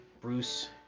Bruce